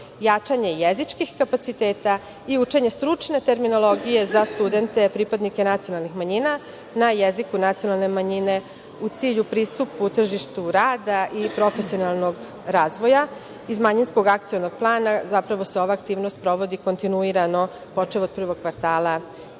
jačanje jezičkih kapaciteta i učenje stručne terminologije za studente pripadnike nacionalnih manjina na jeziku nacionalne manjine u cilju pristupa u tržištu rada i profesionalnog razvoja. Iz manjinskog akcionog plana zapravo se ova aktivnost provodi kontinuirano, počev od prvog kvartala